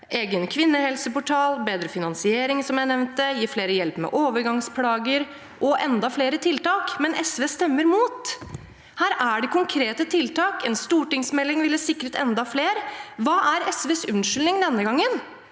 egen kvinnehelseportal, bedre finansiering, som jeg nevnte, å gi flere hjelp med overgangsplager og enda flere tiltak, men SV stemmer imot. Her er det konkrete tiltak. En stortingsmelding ville sikret enda flere. Hva er SVs unnskyldning denne gangen